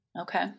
Okay